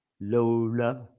Lola